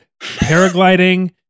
paragliding